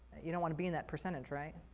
you don't want to be in that percentage, right?